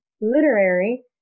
literary